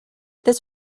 this